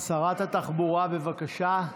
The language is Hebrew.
שרת התחבורה, בבקשה.